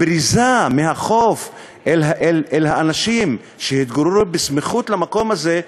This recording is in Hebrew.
הבריזה מהחוף אל האנשים שהתגוררו בסמיכות למקום הזה,